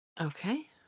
Okay